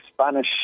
Spanish